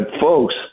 folks